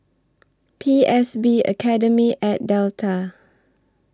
P S B Academy At Delta